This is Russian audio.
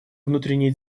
внутренние